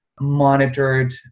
monitored